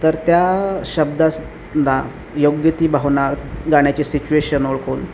तर त्या शब्दांना योग्य ती भावना गाण्याची सिच्युएशन ओळखून